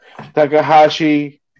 Takahashi